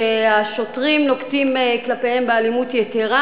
שהשוטרים נוקטים כלפיהם אלימות יתרה,